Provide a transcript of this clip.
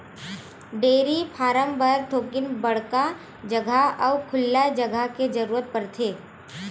dairy farm बर थोकिन बड़का जघा अउ खुल्ला जघा के जरूरत परथे